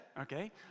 okay